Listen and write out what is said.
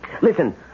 Listen